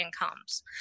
incomes